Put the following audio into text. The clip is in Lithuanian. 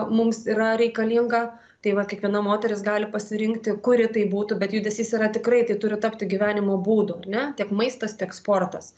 mums yra reikalinga tai va kiekviena moteris gali pasirinkti kuri tai būtų bet judesys yra tikrai tai turi tapti gyvenimo būdu ar ne tiek maistas tiek sportas